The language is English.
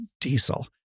diesel